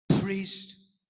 priest